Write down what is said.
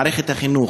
מערכת החינוך,